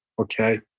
okay